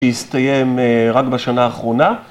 ‫שהסתיים רק בשנה האחרונה.